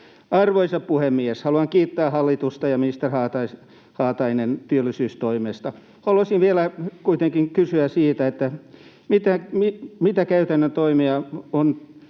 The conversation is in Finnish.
Arvoisa puhemies! Haluan kiittää hallitusta ja ministeri Haataista työllisyystoimista. Haluaisin vielä kuitenkin kysyä: mitä käytännön toimia on